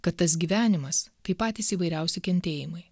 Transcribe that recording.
kad tas gyvenimas tai patys įvairiausi kentėjimai